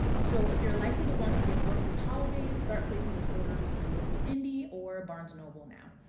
so if you're likely to want to give books at the holidays, start placing those orders with your local indie or barnes and noble now.